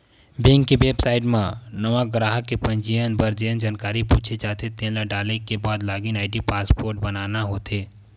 bank के website म नवा गराहक के पंजीयन बर जेन जानकारी पूछे जाथे तेन ल डाले के बाद लॉगिन आईडी अउ पासवर्ड बनाना होथे